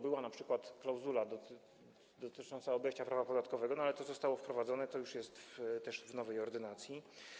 Była np. klauzula dotycząca obejścia prawa podatkowego, ale to zostało wprowadzone, to już jest w nowej ordynacji.